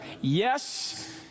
Yes